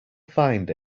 find